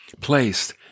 placed